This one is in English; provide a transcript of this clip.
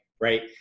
right